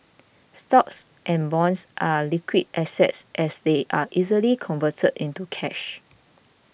stocks and bonds are liquid assets as they are easily converted into cash